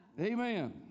Amen